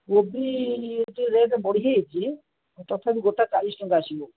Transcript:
କୋବି ଏବେ ଟିକେ ରେଟ୍ ବଢ଼ିଯାଇଛି ତଥାପି ଗୋଟା ଚାଳିଶି ଟଙ୍କା ଆସିବ